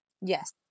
Yes